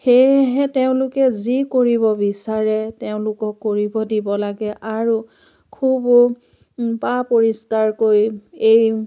সেয়েহে তেওঁলোকে যি কৰিব বিচাৰে তেওঁলোকক কৰিব দিব লাগে আৰু খুব পা পৰিষ্কাৰকৈ এই